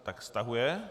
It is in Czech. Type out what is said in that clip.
Tak stahuje.